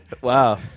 Wow